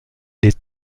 les